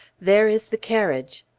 there is the carriage!